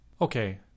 Okay